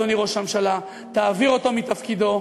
אדוני ראש הממשלה: תעביר אותו מתפקידו,